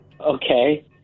Okay